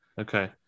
Okay